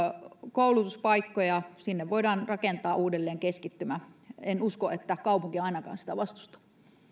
koulutuspaikkoja sinne voidaan rakentaa uudelleen keskittymä en usko että kaupunki ainakaan sitä vastustaa